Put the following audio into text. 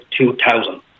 2000